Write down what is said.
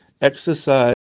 exercise